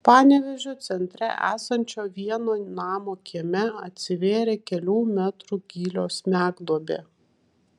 panevėžio centre esančio vieno namo kieme atsivėrė kelių metrų gylio smegduobė